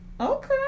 Okay